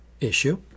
issue